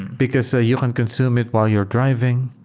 because so you can consume it while you're driving,